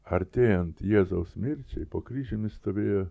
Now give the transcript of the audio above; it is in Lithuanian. artėjant jėzaus mirčiai po kryžiumi stovėjo